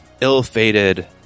ill-fated